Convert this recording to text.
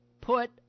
put